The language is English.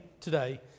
today